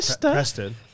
Preston